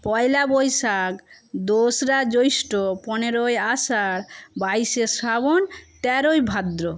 পয়লা বৈশাখ দোসরা জৈষ্ঠ্য পনেরোই আষাঢ় বাইশে শ্রাবণ তেরোই ভাদ্র